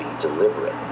deliberate